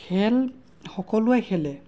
খেল সকলোৱে খেলে